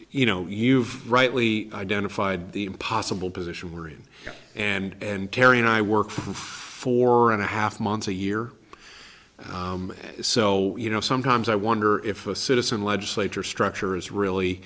you know you've rightly identified the impossible position we're in and kerry and i work four and a half months a year so you know sometimes i wonder if a citizen legislature structure is really